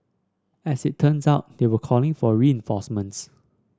as it turns out they were calling for reinforcements